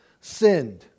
sinned